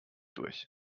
durch